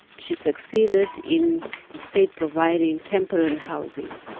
she succeeded in the state providing temporary housing,